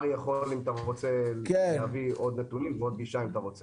אם אתה רוצה להביא עוד נתונים הוא יוכל למסור,